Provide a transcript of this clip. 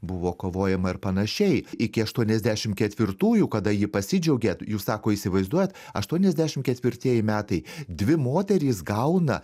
buvo kovojama ir panašiai iki aštuoniasdešim ketvirtųjų kada ji pasidžiaugė jūs sako įsivaizduojat aštuoniasdešim ketvirtieji metai dvi moterys gauna